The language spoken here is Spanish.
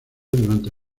durante